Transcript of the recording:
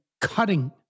cutting